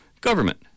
government